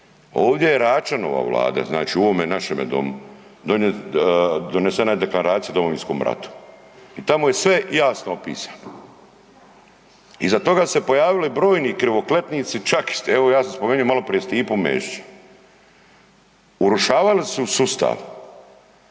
Ovdje je Račanova Vlada znači u ovome našem domu donesena je Deklaracija o Domovinskom ratu i tamo je sve jasno opisano. Iza toga su se pojavili brojni krivoklepnici čak evo ja sam spomenuo malo prije Stipu Mesića. Urušavali su sustav